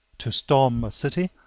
to storm a city,